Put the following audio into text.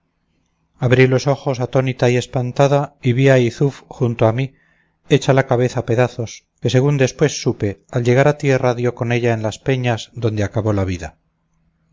abrí los ojos atónita y espantada y vi a yzuf junto a mí hecha la cabeza pedazos que según después supe al llegar a tierra dio con ella en las peñas donde acabó la vida